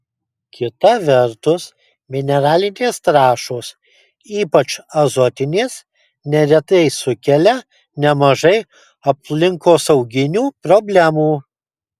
kita vertus mineralinės trąšos ypač azotinės neretai sukelia nemažai aplinkosauginių problemų